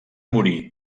morir